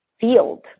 field